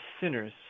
sinners